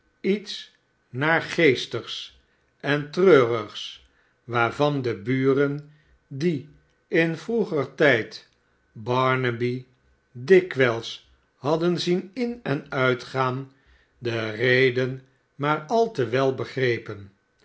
iets naargeestigs en treurigs waarvan de buren die in vroeger tijdbarnaby dikwijls hadden zien in en uitgaan de reden maar al te wel begrepen